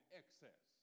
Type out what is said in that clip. excess